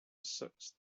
sixth